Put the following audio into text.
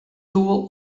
doel